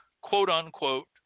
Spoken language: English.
Quote-unquote